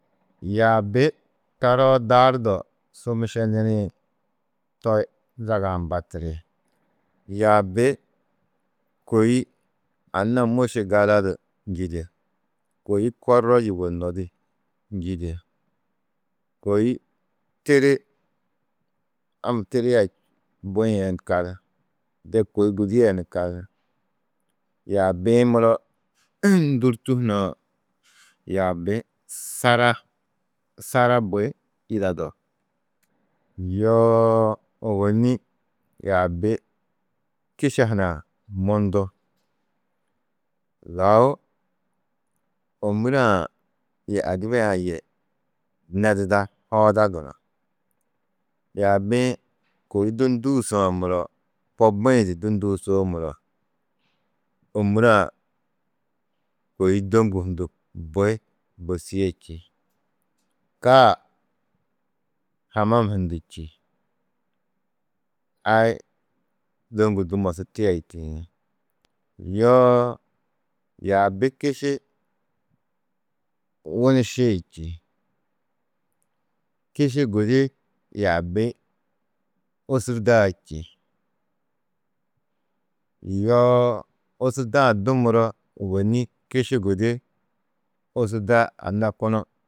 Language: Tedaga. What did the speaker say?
Yaabi taroo daardo su mišenirĩ to zaga-ã mbatiri: Yaabi kôi anna môše gala du njîde, kôi korro yugonnó di njîde, kôi tiri tiri a bui-ĩ yê ni kal, de kôi gudie ni kal, yaabi-ĩ muro ndûrtu hunã, yaabi sara bui yidado, yoo ôwonni yaabi kiša hunã mundu, lau ômuree-ã yê adibaa-ã yê nedida, hooda gunú, yaabi-ĩ kôi du ndûusã muro ko bui-ĩ du ndûusoo muro, ômure-ã kôi dôŋgu hundu bui bosîe čî, kaa hamam hundu čî, ai dôŋgu du mosu tia yûtie. Yoo yaabi kiši wunišii čî, kiši gudi yaabi ôsurdaa čî, yoo ôsurdaa-ã du muro ôwonni kiši gudi ôsurda anna kunu.